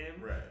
Right